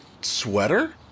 sweater